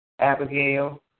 Abigail